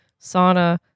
sauna